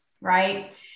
right